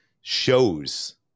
shows